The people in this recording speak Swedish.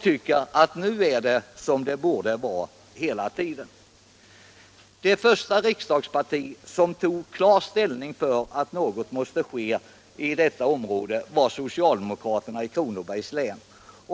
tycker att vattenståndet nu är vad det bör vara. Det första parti som tog klar ställning och ansåg att något måste göras i detta område var socialdemokraterna i Kronobergs län.